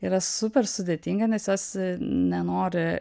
yra super sudėtinga nes jos nenori